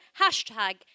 Hashtag